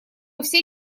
все